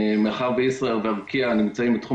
מאחר וישראייר וארקיע נמצאות בתחום